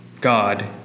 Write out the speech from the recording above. God